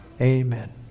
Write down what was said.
Amen